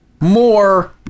more